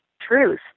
truth